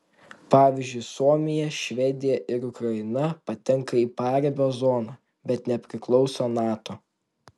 pavyzdžiui suomija švedija ir ukraina patenka į paribio zoną bet nepriklauso nato